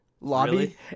lobby